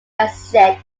transit